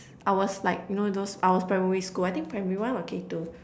I was like know those I was primary school I think primary one or K two